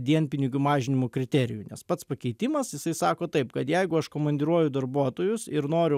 dienpinigių mažinimo kriterijų nes pats pakeitimas jisai sako taip kad jeigu aš komandiruoju darbuotojus ir noriu